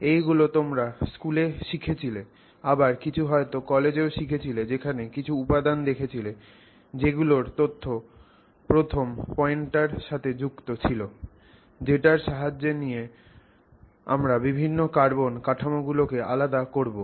এইগুলো তোমরা স্কুলে শিখেছিলে আবার কিছু হয়তো কলেজেও শিখেছিলে যেখানে কিছু উপাদান দেখেছিলে যেগুলর তথ্য প্রথম পয়েন্টটার যুক্ত ছিল যেটার সাহায্য নিয়ে আমরা বিভিন্ন কার্বন কাঠামোগুলো কে আলাদা করবো